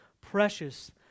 precious